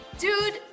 Dude